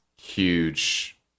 huge